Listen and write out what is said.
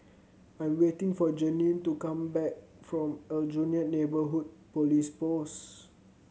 I am waiting for Janene to come back from Aljunied Neighbourhood Police Post